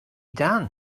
done